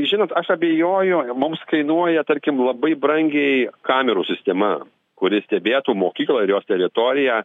žinot aš abejoju mums kainuoja tarkim labai brangiai kamerų sistema kuri stebėtų mokyklą ir jos teritoriją